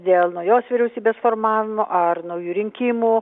dėl naujos vyriausybės formavimo ar naujų rinkimų